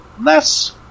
less